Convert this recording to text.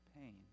pain